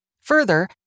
Further